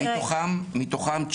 כולם קיבלו באותו יום.